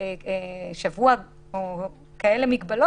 טווח של שבוע או משהו כזה זה